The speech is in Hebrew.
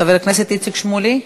חבר הכנסת איציק שמולי,